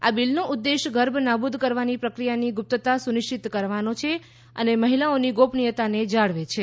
આ બિલનો ઉદ્દેશ ગર્ભ નાબુદ કરવાની પ્રક્રિયાની ગુપ્તતા સુનિશ્ચિત કરવાનો છે અને મહિલાઓની ગોપનીયતાને જાળવે છે